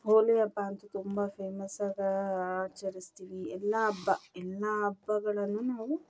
ಹೋಳಿ ಹಬ್ಬ ಅಂತೂ ತುಂಬ ಫೇಮಸಾಗ ಆಚರಿಸ್ತೀವಿ ಎಲ್ಲ ಹಬ್ಬ ಎಲ್ಲ ಹಬ್ಬಗಳನ್ನು ನಾವು